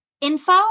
info